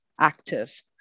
active